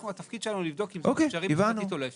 התפקיד שלנו לבדוק אם זה אפשרי משפטית או לא אפשרי.